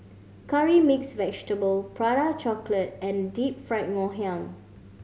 curry mix vegetable Prata Chocolate and Deep Fried Ngoh Hiang